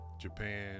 Japan